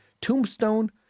tombstone